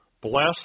Bless